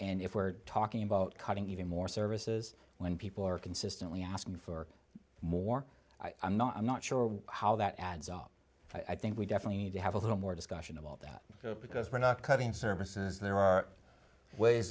and if we're talking about cutting even more services when people are consistently asking for more i'm not i'm not sure how that adds up i think we definitely need to have a little more discussion about that because we're not cutting services there are ways